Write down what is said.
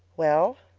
well,